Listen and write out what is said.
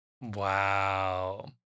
Wow